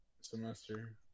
semester